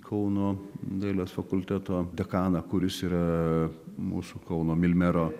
kauno dailės fakulteto dekaną kuris yra mūsų kauno milmero